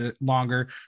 longer